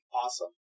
awesome